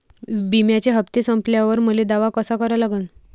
बिम्याचे हप्ते संपल्यावर मले दावा कसा करा लागन?